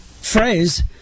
phrase